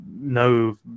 no